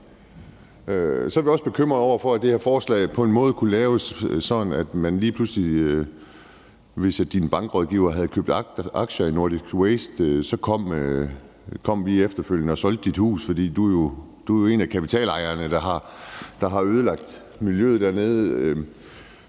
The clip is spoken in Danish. Så er vi også bekymrede over, at det her forslag på en måde kunne laves sådan, at man lige pludselig, hvis din bankrådgiver havde købt aktier i Nordic Waste, efterfølgende kom og solgte dit hus, fordi du jo er en af kapitalejerne, der har ødelagt miljøet dernede.